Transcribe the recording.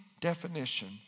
definition